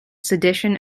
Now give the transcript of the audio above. sedition